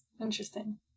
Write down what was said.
Interesting